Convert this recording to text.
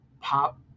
pop